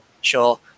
sure